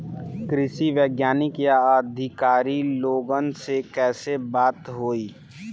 कृषि वैज्ञानिक या अधिकारी लोगन से कैसे बात होई?